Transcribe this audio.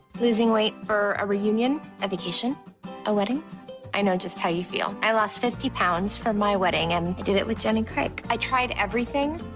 losing weight for a reunion a vacation a wedding i know just how you feel. i lost fifty pounds for my wedding and i did it with jenny craig. i tried everything,